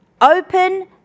open